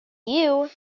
you